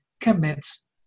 commits